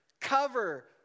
cover